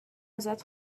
ازت